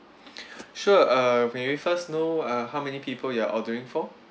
sure uh may we first know uh how many people you are ordering for